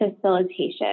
facilitation